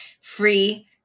free